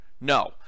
No